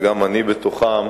וגם אני בתוכם,